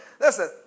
Listen